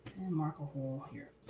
mark a hole here.